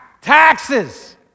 taxes